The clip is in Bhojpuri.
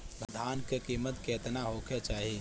धान के किमत केतना होखे चाही?